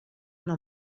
una